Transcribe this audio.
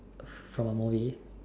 from a movie